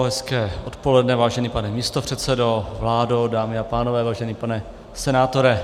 Hezké odpoledne, vážený pane místopředsedo, vládo, dámy a pánové, vážený pane senátore.